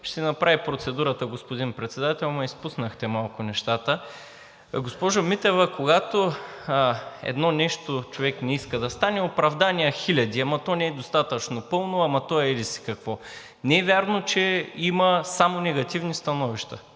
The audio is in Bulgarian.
ще направя процедурата. Въобще, господин Председател, изпуснахте малко нещата. Госпожо Митева, когато човек не иска едно нещо да стане, има оправдания хиляди – то не е достатъчно пълно, то е еди-си какво. Не е вярно, че има само негативни становища.